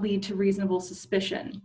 lead to reasonable suspicion